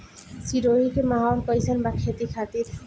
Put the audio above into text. सिरोही के माहौल कईसन बा खेती खातिर?